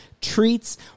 Treats